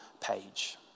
page